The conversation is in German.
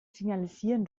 signalisieren